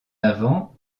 avant